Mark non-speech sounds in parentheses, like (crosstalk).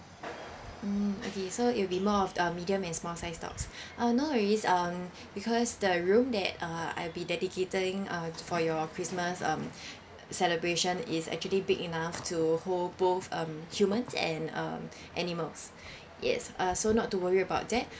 mm okay so it'll be more of um medium and small sized dogs (breath) uh no worries um because the room that uh I'll be dedicating uh for your christmas um celebration is actually big enough to hold both um humans and um animals (breath) yes uh so not to worry about that